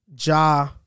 Ja